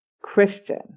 Christian